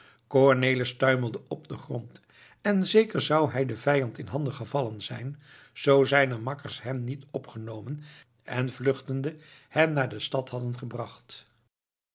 cornelis tuimelde op den grond en zeker zou hij den vijand in handen gevallen zijn zoo zijne makkers hem niet opgenomen en vluchtende hem naar de stad hadden gebracht